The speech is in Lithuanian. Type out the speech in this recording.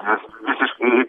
nes visiškai